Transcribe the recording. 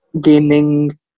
gaining